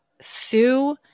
sue